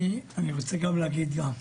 אני רוצה גם להגיד.